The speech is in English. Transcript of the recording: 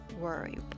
worry